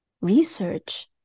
Research